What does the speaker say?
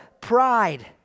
pride